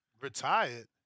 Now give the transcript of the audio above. Retired